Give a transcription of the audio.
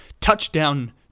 touchdown